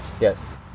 yes